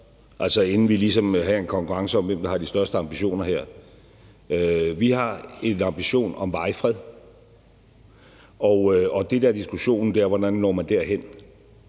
altså inden vi ligesom måtte have en konkurrence om, hvem der har de største ambitioner her. Vi har en ambition om varig fred, og det, der er diskussionen, er, hvordan man når derhen.